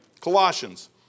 Colossians